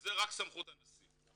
שזה רק סמכות הנשיא.